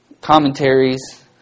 commentaries